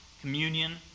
communion